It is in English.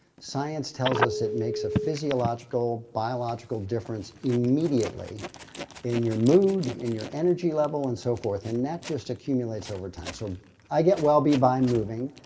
science tells us, it makes a physiological, biological difference immediately in your mood, in your energy level and so forth and that just accumulates over time, so i getwellbe by moving.